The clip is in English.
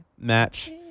match